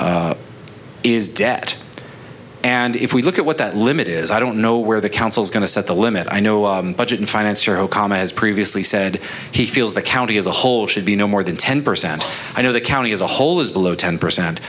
that is debt and if we look at what that limit is i don't know where the council is going to set the limit i know budget in finance or okami as previously said he feels the county as a whole should be no more than ten percent i know the county as a whole is below ten percent